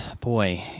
Boy